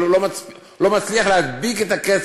אבל הוא לא מצליח להדביק את הקצב,